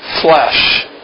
flesh